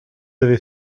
avez